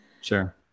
Sure